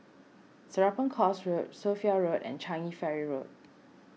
Serapong Course Road Sophia Road and Changi Ferry Road